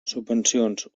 subvencions